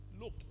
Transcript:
Look